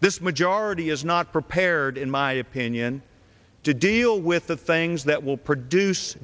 this majority is not prepared in my opinion to deal with the things that will produce